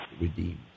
redeemed